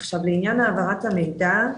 עכשיו, לעניין העברת המידע.